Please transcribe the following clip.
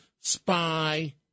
spy